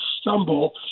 stumble